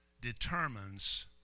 determines